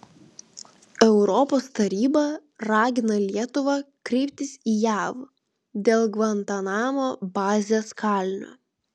europos taryba ragina lietuvą kreiptis į jav dėl gvantanamo bazės kalinio